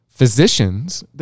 Physicians